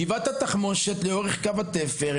גבעת התחמושת לאורך קו התפר,